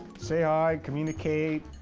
say hi, communicate,